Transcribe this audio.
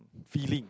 feeling